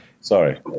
Sorry